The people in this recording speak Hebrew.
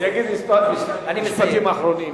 תגיד כמה משפטים אחרונים.